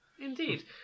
Indeed